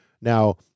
Now